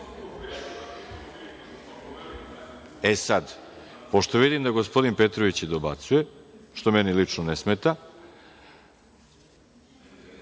sad, pošto vidim da gospodin Petrović i dobacuje, što meni lično ne smeta,